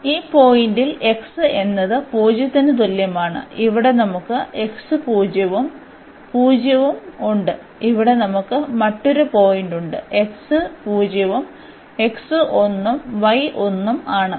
അതിനാൽ ഈ പോയിന്റിൽ x എന്നത് 0 ന് തുല്യമാണ് ഇവിടെ നമുക്ക് x 0 ഉം 0 ഉം ഉണ്ട് ഇവിടെ നമുക്ക് മറ്റൊരു പോയിന്റുണ്ട് x 0 ഉം x 1 ഉം y 1 ഉം ആണ്